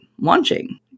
launching